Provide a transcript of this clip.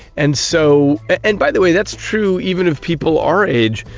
and so and by the way, that's true even if people our age,